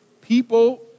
people